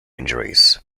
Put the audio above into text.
injuries